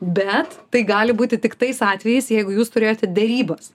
bet tai gali būti tik tais atvejais jeigu jūs turėjote derybas